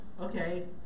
okay